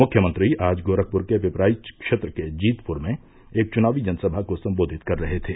मुख्यमंत्री आज गोरखपुर के पिपराइच क्षेत्र के जीतपुर में एक चुनावी जनसभा को सम्बोधित कर रहे थे